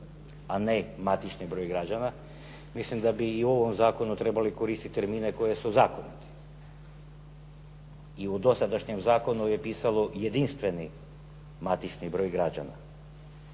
a ne matični broj građana, milim da bi i u ovom zakonu trebali koristiti termine koji su zakoniti. I u dosadašnjem zakonu je pisalo jedinstveni matični broj građana.